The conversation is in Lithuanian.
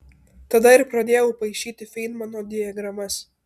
tada ir pradėjau paišyti feinmano diagramas